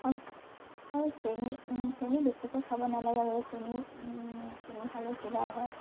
আৰু চেনি চেনি বেছিকৈ খাব নালাগে বাৰু চেনি চেনি খালে চুগাৰ হয়